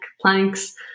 planks